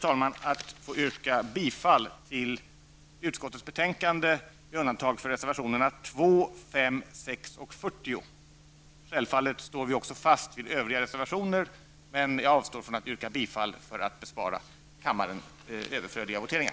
Jag ber att få yrka bifall till hemställan i utskottets betänkande med undantag för reservationerna 2, 5, 6 och 40. Självfallet står vi också fast vid övriga reservationer, men jag avstår från att yrka bifall till dem för att bespara kammaren överflödiga voteringar.